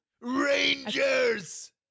Rangers